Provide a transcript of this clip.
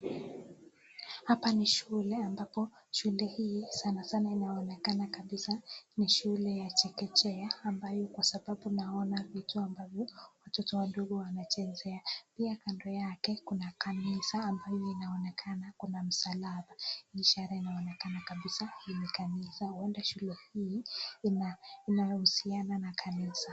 Hapa ni shule ambapo shule hii sana sana inaonekana kabisa ni shule ya chekechea ambayo kwa sababu naona vitu ambavyo watoto wadogo wanachezea, pia kando yake kuna kanisa ambayo inaonekana kuna msalaba. Ishara inaonekana kabisa hii ni kanisa huenda shule hii ina inahusiana na kanisa.